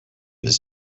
his